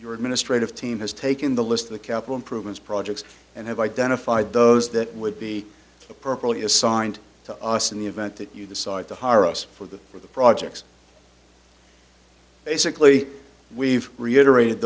your administrative team has taken the list of the capital improvements projects and have identified those that would be appropriately assigned to us in the event that you decide to hire us for the for the projects basically we've reiterate